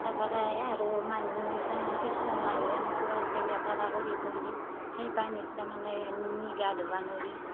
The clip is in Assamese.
তাৰপৰাই আৰু মানহুই তাৰমানে কিছুমান মানহু এনেকুৱা আছে লেতেৰা কৰি থৈ দেই সেই পানীত তাৰমানে নুমি গা ধুবা নৰি